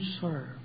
serve